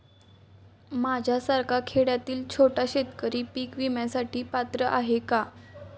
माझ्यासारखा खेड्यातील छोटा शेतकरी पीक विम्यासाठी पात्र आहे का?